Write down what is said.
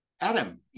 adam